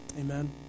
Amen